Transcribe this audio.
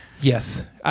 Yes